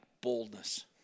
boldness